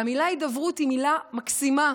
והמילה "הידברות" היא מילה מקסימה,